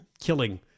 killing